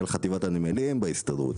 מנהל חטיבת הנמלים בהסתדרות.